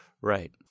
right